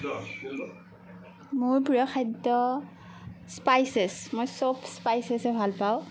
মোৰ প্ৰিয় খাদ্য স্পাইচেছ মই চব স্পাইচেছেই ভাল পাওঁ